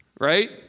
right